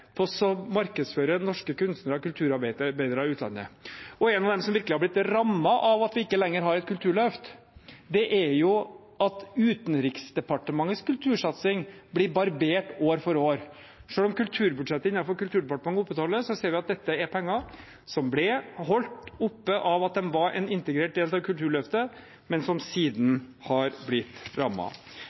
på å markedsføre norske kunstnere og kulturarbeidere i utlandet. En av dem som virkelig har blitt rammet av at vi ikke lenger har et kulturløft, er Utenriksdepartementets kultursatsing, som blir barbert år for år. Selv om kulturbudsjettet innenfor Kulturdepartementet opprettholdes, ser vi at dette er penger som ble holdt oppe av at de var en integrert del av Kulturløftet, men som siden har blitt